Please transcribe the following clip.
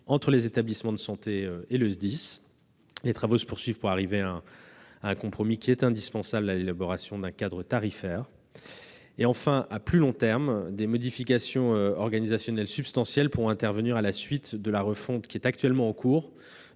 entre les établissements de santé et le SDIS. Les travaux se poursuivent pour arriver à un compromis indispensable à l'élaboration d'un cadre tarifaire. À plus long terme, des modifications organisationnelles substantielles pourront intervenir à la suite de la refonte en cours